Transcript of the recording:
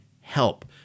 help